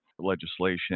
legislation